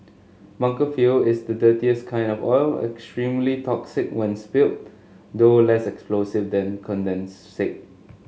bunker fuel is the dirtiest kind of oil extremely toxic when spilled though less explosive than condensate